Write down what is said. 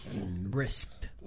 risked